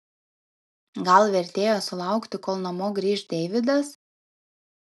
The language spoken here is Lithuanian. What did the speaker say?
gal vertėjo sulaukti kol namo grįš deividas